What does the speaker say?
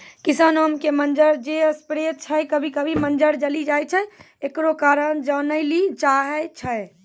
किसान आम के मंजर जे स्प्रे छैय कभी कभी मंजर जली जाय छैय, एकरो कारण जाने ली चाहेय छैय?